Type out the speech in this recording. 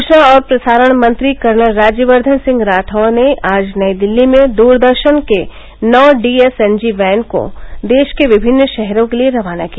सूचना और प्रसारण मंत्री कर्नल राज्यवर्द्वन सिंह राठौड़ ने आज नई दिल्ली में दूरदर्शन के नौ D S N G van को देश के विभिन्न शहरों के लिए रवाना किया